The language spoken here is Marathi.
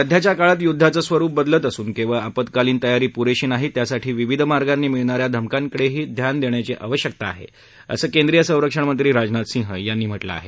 सध्याच्या काळात य्द्धाचं स्वरुप बदलत असून केवळ आपत्कालीन तयारी पुरेशी नाही त्यासाठी विविध मार्गांनी मिळणाऱ्या धमक्यांकडेही ध्यान देण्याची आवश्यकता आहे असं केंद्रीय संरक्षणमंत्री राजनाथ सिंह यांनी म्हटलं आहे